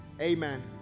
amen